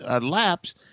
laps